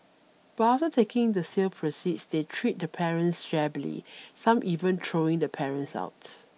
but after taking the sale proceeds they treat the parents shabbily some even throwing the parents out